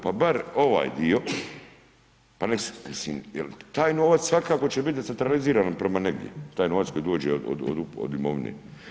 Pa bar ovaj dio, mislim jer taj novac svakako će biti decentraliziran prema negdje, taj novac koji dođe od imovine.